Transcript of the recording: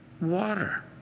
Water